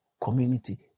community